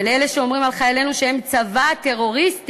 ולאלה שאומרים על חיילינו שהם צבא טרוריסטי,